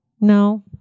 no